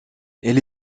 elle